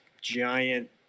giant